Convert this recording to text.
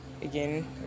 Again